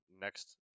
Next